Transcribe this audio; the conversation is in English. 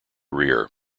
rear